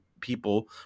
people